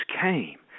came